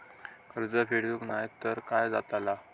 कर्ज फेडूक नाय तर काय जाताला?